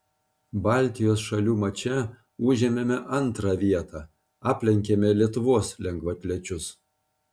baltijos šalių mače užėmėme antrą vietą aplenkėme lietuvos lengvaatlečius